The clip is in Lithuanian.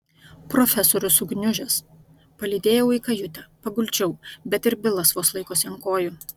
profesorius sugniužęs palydėjau į kajutę paguldžiau bet ir bilas vos laikosi ant kojų